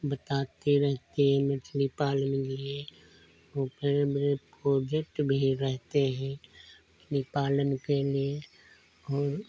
बताती रहती है मछली पालन के लिए ओ बड़े बड़े प्रोजेक्ट भी रहते हैं मछली पालन के लिए और